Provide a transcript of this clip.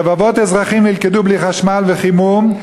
רבבות אזרחים נלכדו בלי חשמל וחימום,